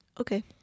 Okay